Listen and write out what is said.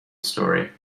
story